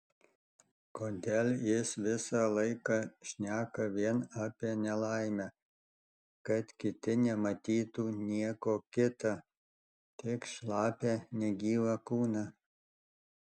kodėl jis visą laiką šneka vien apie nelaimę kad kiti nematytų nieko kita tik šlapią negyvą kūną